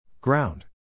Ground